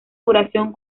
duración